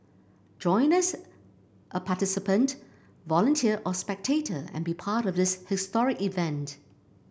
join us a participant volunteer or spectator and be part of this historic event